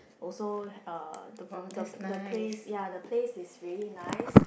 also uh the the the place ya the place is really nice